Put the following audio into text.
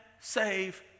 save